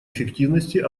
эффективности